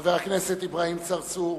חבר הכנסת אברהים צרצור,